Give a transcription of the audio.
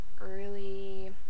early